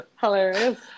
hilarious